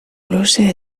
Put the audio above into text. luze